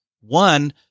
one